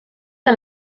que